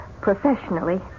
Professionally